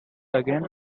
again